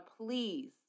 please